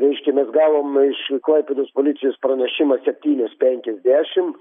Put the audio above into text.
reiškia mes gavom iš klaipėdos policijos pranešimą septynios penkiasdešim